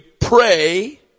pray